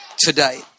today